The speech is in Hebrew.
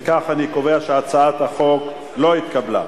אם כך, אני קובע שהצעת החוק לא התקבלה,